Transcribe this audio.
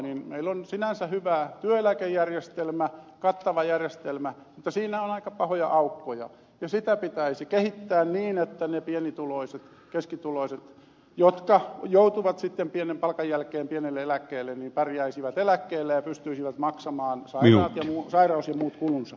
skinnari juuri sanoi sinänsä hyvä työeläkejärjestelmä kattava järjestelmä mutta siinä on aika pahoja aukkoja ja sitä pitäisi kehittää niin että ne pienituloiset keskituloiset jotka joutuvat sitten pienen palkan jälkeen pienelle eläkkeelle pärjäisivät eläkkeellä ja pystyisivät maksamaan sairaus ja muut kulunsa